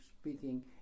speaking